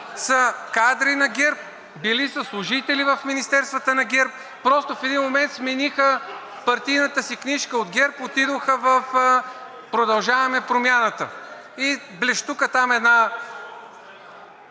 са кадри на ГЕРБ. Били са служители в министерствата на ГЕРБ. Просто в един момент смениха партийната си книжка от ГЕРБ, отидоха в „Продължаваме Промяната“ и блещука там един